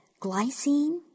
Glycine